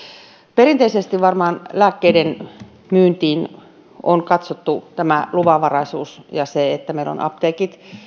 perinteisesti varmaan lääkkeiden myynnissä on katsottu luvanvaraisuus eli se että meillä on apteekit